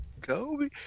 Kobe